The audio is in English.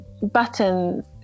buttons